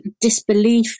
disbelief